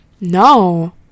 no